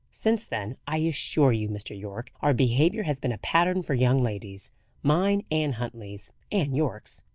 since then, i assure you, mr. yorke, our behaviour has been a pattern for young ladies mine, and huntley's, and yorke's.